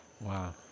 Wow